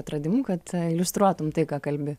atradimu kad iliustruotumei tai ką kalbi